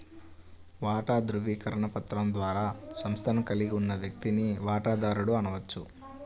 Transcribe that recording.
వాటా ధృవీకరణ పత్రం ద్వారా సంస్థను కలిగి ఉన్న వ్యక్తిని వాటాదారుడు అనవచ్చు